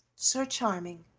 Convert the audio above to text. sir charming,